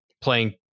playing